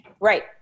Right